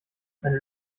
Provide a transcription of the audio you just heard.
meine